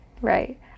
Right